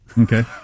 Okay